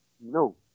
no